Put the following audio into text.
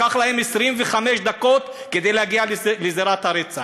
לקח להם 25 דקות להגיע לזירת הרצח.